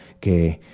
que